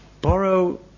Borrow